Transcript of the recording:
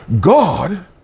God